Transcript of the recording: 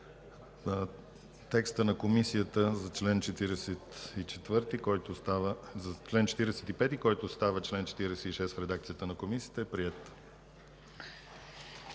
Текстът на Комисията за чл. 45, който става чл. 46 в редакцията на Комисията, е приет.